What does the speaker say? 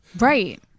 Right